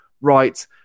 right